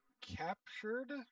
captured